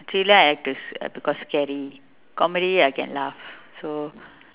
thriller I have to s~ because scary comedy I can laugh so